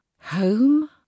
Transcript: Home